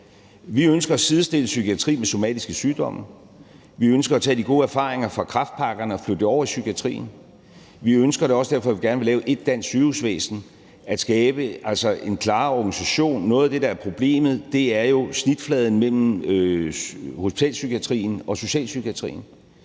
Vi ønsker at sidestille psykiatrien med somatiske sygdomme. Vi ønsker at tage de gode erfaringer fra kræftpakkerne og flytte det over i psykiatrien. Vi ønsker, og det er også derfor, vi gerne vil lave ét dansk sygehusvæsen, at skabe en klarere organisation. Noget af det, der er problemet, er jo snitfladen mellem hospitalspsykiatrien og socialpsykiatrien.